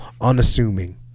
unassuming